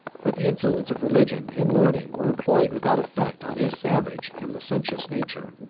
but the influence of religion and learning were employed without effect on his savage and licentious nature.